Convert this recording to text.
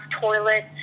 toilet